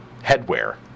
Headwear